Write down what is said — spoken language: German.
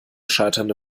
scheiternde